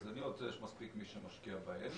שיש מספיק מי שמשקיע בהן.